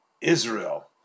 Israel